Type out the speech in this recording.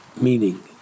meaning